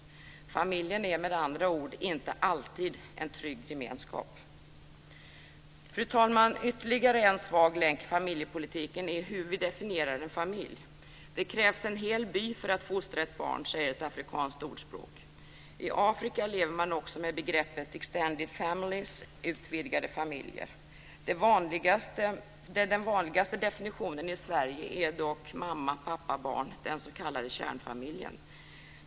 Familjen är med andra ord inte alltid en trygg gemenskap. Fru talman! Ytterligare en svag länk i familjepolitiken är hur vi definierar en familj. "Det krävs en hel by för att fostra ett barn" säger ett afrikanskt ordspråk. I Afrika lever man också med begreppet extended families - utvidgade familjer. Den vanligaste definitionen i Sverige är dock mamma, pappa, barn - den s.k. kärnfamiljen.